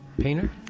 Painter